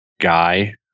guy